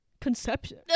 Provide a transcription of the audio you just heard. Conception